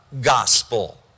gospel